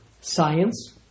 science